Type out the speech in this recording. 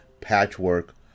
patchwork